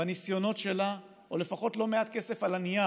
בניסיונות שלה, או לפחות לא מעט כסף על הנייר,